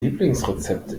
lieblingsrezept